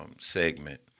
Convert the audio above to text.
segment